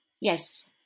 Yes